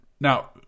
Now